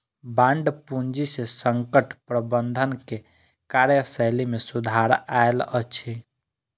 bond पूंजी से संकट प्रबंधन के कार्यशैली में सुधार आयल अछि